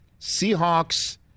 Seahawks